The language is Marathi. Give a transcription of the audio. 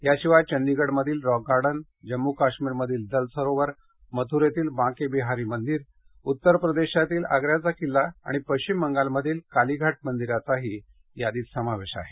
याशिवाय चंदिगढमधील रॉक गार्डन जम्मू काश्मीर मधील दल सरोवर मथुरेतील बांके बिहारी मंदिर उत्तर प्रदेशातील आग्र्याचा किल्ला आणि पश्चिम बंगालमधील कालीघाट मंदिराचाही यादीत समावेश आहे